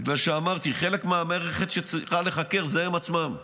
בגלל שאמרתי: חלק מהמערכת שצריכה להיחקר זה הם עצמם.